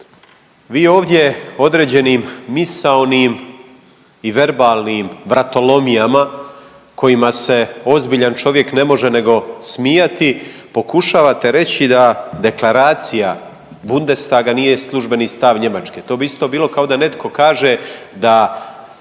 vi ovdje određenim misaonim i verbalnim vratolomijama kojima se ozbiljan čovjek ne može nego smijati pokušavate reći da deklaracija Bundestaga nije službeni stav Njemačke. To bi isto bilo da netko kaže da